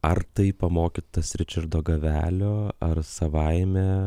ar tai pamokytas ričardo gavelio ar savaime